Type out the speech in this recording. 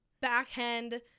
backhand